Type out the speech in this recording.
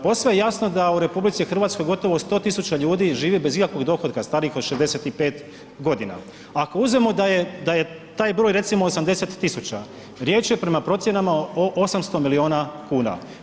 Posve je jasno da u RH gotovo 100.000 ljudi žive bez ikakvog dohotka starijih od 65 godina, ako uzmemo da je taj broj recimo 80.000 tisuća riječ je prema procjenama o 800 miliona kuna.